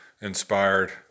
inspired